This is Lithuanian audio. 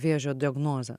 vėžio diagnozę